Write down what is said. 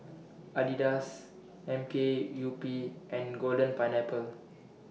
Adidas M K U P and Golden Pineapple